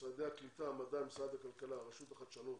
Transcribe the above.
משרדי הקליטה, המדע, משרד הכלכלה, הרשות לחדשנות,